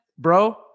bro